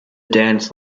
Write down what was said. dance